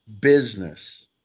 business